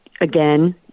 again